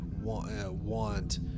want